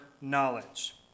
knowledge